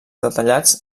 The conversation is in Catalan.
detallats